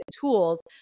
tools